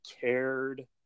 cared